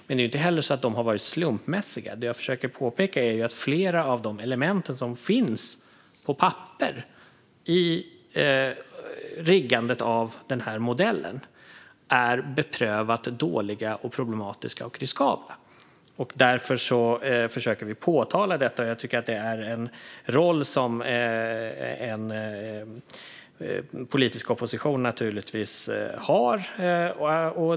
Men det är inte heller så att de har varit slumpmässiga. Det jag försöker påpeka är att flera av de element som finns på papper i riggandet av den här modellen är beprövat dåliga, problematiska och riskabla. Därför försöker vi påtala detta. Det är en roll som en politisk opposition naturligtvis har.